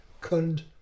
Kund